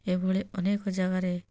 ଏଭଳି ଅନେକ ଜାଗାରେ